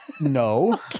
No